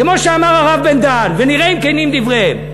כמו שאמר הרב בן-דהן, ונראה אם כנים דבריהם.